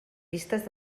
vistes